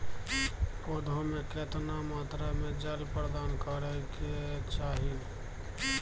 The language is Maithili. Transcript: पौधों में केतना मात्रा में जल प्रदान करै के चाही?